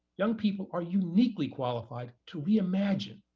young people are uniquely qualified to reimagine,